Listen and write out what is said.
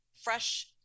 fresh